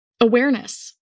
Awareness